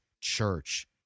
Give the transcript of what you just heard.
church